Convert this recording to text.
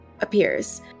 appears